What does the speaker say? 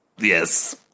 Yes